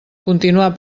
continuar